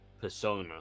persona